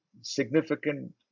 significant